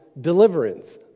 deliverance